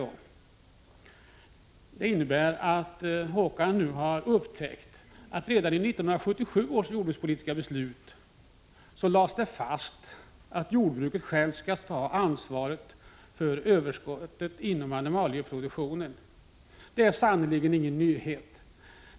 Jo, det innebär att Håkan Strömberg nu har upptäckt att det redan i 1977 års jordbrukspolitiska beslut lades fast att jordbruket självt skall ta ansvaret för överskottet inom animalieproduktionen. Det är sannerligen ingen nyhet.